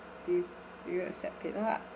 do you do you accept paylah